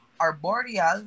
arboreal